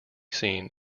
seen